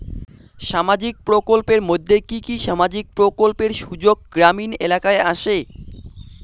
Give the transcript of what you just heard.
সামাজিক প্রকল্পের মধ্যে কি কি সামাজিক প্রকল্পের সুযোগ গ্রামীণ এলাকায় আসে?